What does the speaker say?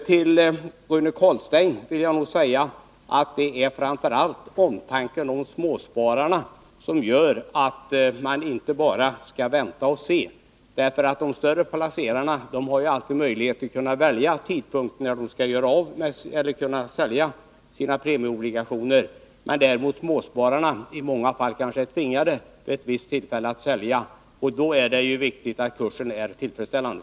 Till Rune Carlstein vill jag säga att det framför allt är omtanken om småspararna som gör att vi tycker att man inte bara skall vänta och se. De större placerarna har ju alltid möjligheter att välja tidpunkt för när de skall sälja sina premieobligationer, medan småspararna i många fall är tvingade att sälja vid ett visst tillfälle. Då är det viktigt att kursen är tillfredsställande.